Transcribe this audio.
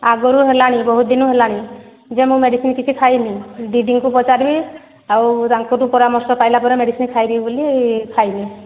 ଆଗରୁ ହେଲାଣି ବହୁତ ଦିନୁ ହେଲାଣି ଯେ ମୁଁ ମେଡ଼ିସିନ୍ କିଛି ଖାଇନି ଦିଦିଙ୍କୁ ପଚାରିବି ଆଉ ତାଙ୍କଠୁ ପରାମର୍ଶ ପାଇଲା ପରେ ମେଡ଼ିସିନ୍ ଖାଇବି ବୋଲି ଖାଇନି